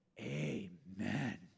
Amen